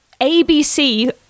abc